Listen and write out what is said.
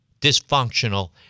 dysfunctional